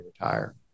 retire